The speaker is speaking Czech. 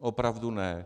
Opravdu ne.